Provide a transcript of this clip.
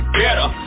better